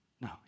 No